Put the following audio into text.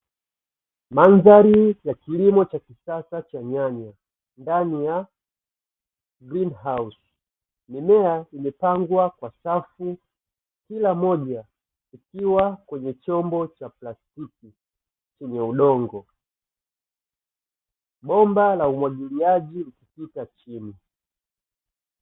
Mandhari ya kilimo cha kisasa cha nyanya ndani ya 'greenhouse' mimea imepangwa kwa safu kila mmoja ukiwa kwenye chombo cha plastiki chenye udongo, bomba la umwagiliaji likipita chini.